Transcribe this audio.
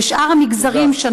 ושאר המגזרים, תודה.